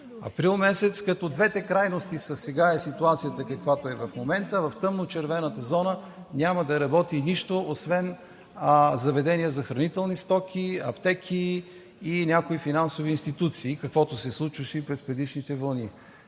април месец, като двете крайности са – сега ситуацията, каквато е в момента, и в тъмночервената зона, когато няма да работи нищо, освен заведения за хранителни стоки, аптеки и някои финансови институции, каквото се случваше и през предишните вълни.